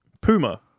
Puma